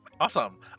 Awesome